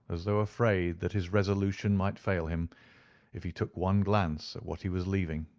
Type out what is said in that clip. as though afraid that his resolution might fail him if he took one glance at what he was leaving.